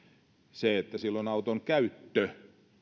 se että silloin auton